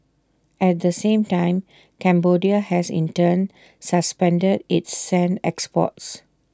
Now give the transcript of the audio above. at the same time Cambodia has in turn suspended its sand exports